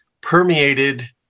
permeated